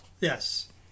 Yes